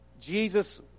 Jesus